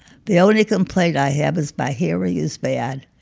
the only complaint i have is my hearing is bad,